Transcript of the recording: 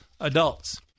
adults